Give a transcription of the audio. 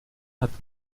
hat